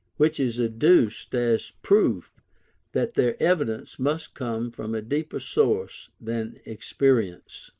which is adduced as proof that their evidence must come from a deeper source than experience.